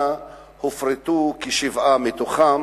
הופרטו שבעה מהם,